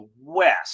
west